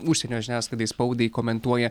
užsienio žiniasklaidai spaudai komentuoja